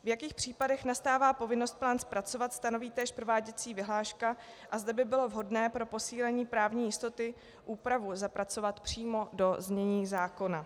V jakých případech nastává povinnost plán zpracovat, stanoví též prováděcí vyhláška, a zde by bylo vhodné pro posílení právní jistoty úpravu zapracovat přímo do znění zákona.